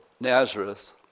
Nazareth